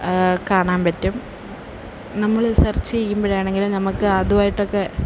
കാണാൻ പറ്റും നമ്മൾ സെർച്ച് ചെയ്യുമ്പോഴാണെങ്കിലും നമുക്ക് അതുമായിട്ടൊക്കെ